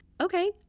Okay